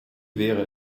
wäre